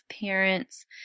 parents